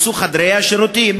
הרסו את חדרי השירותים.